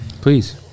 please